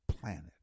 planet